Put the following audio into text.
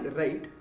right